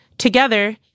Together